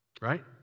right